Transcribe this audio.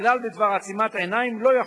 הכלל בדבר עצימת עיניים לא יחול.